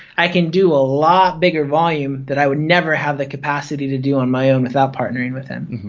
i can do a lot bigger volume that i would never have the capacity to do on my own without partnering with him.